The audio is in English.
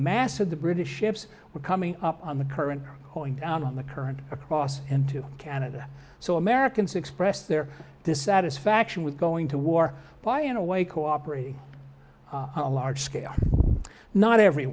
of the british ships were coming up on the current going down on the current across into canada so americans expressed their dissatisfaction with going to war by in a way cooperating a large scale not every